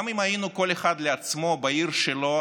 גם אם היינו כל אחד לעצמו בעיר שלו,